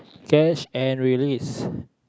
catch and release